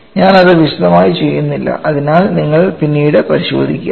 ഞാൻ അത് വിശദമായി ചെയ്യുന്നില്ല അതിനാൽ നിങ്ങൾ പിന്നീട് പരിശോധിക്കുക